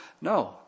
No